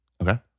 Okay